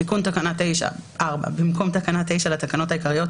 תיקון תקנה 94. במקום תקנה 9 לתקנות העיקריות,